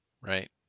right